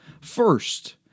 First